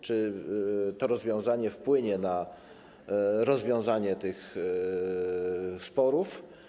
Czy to rozwiązanie wpłynie na rozwiązanie tych sporów?